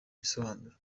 ibisobanuro